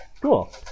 Cool